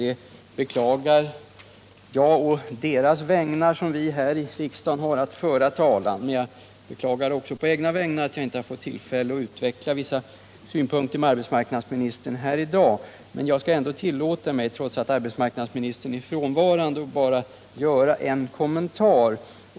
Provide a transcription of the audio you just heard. Det beklagar jag på deras vägnar, vilkas talan vi har att föra här i riksdagen, men även på mina egna vägnar beklagar jag att jag inte har fått tillfälle att utveckla vissa synpunkter för arbetsmarknadsministern i dag. Trots att arbetsmarknadsministern är frånvarande tillåter jag mig emellertid en kommentar.